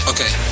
Okay